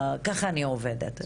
ככה אני עובדת.